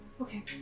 Okay